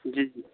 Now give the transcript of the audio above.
जी जी